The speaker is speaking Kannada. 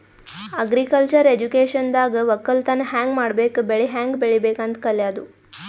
ಅಗ್ರಿಕಲ್ಚರ್ ಎಜುಕೇಶನ್ದಾಗ್ ವಕ್ಕಲತನ್ ಹ್ಯಾಂಗ್ ಮಾಡ್ಬೇಕ್ ಬೆಳಿ ಹ್ಯಾಂಗ್ ಬೆಳಿಬೇಕ್ ಅಂತ್ ಕಲ್ಯಾದು